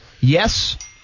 Yes